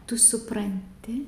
tu supranti